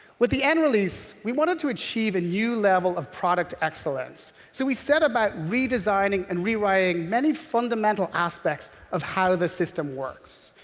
with the n release, we wanted to achieve a new level of product excellence so we set about redesigning and rewriting many fundamental aspects of how the system works.